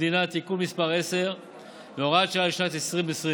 המדינה (תיקון מס' 10 והוראת שעה לשנת 2020)